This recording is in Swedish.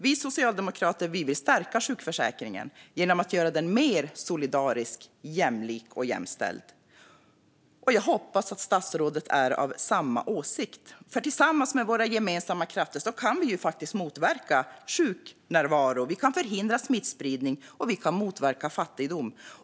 Vi socialdemokrater vill stärka sjukförsäkringen genom att göra den mer solidarisk, jämlik och jämställd. Jag hoppas att statsrådet är av samma åsikt. Tillsammans kan vi med våra gemensamma krafter motverka sjuknärvaro, förhindra smittspridning och motverka fattigdom.